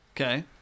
Okay